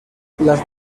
las